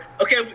okay